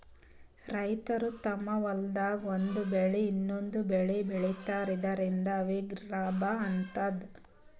ರೈತರ್ ತಮ್ಮ್ ಹೊಲ್ದಾಗ್ ಒಂದ್ ಬೆಳಿ ಇನ್ನೊಂದ್ ಬೆಳಿ ಬೆಳಿತಾರ್ ಇದರಿಂದ ಅವ್ರಿಗ್ ಲಾಭ ಆತದ್